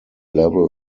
level